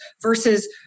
versus